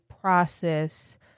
process